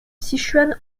sichuan